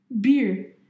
Beer